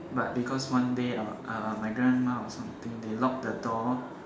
but because one day uh my grandma or something they lock the door